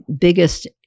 biggest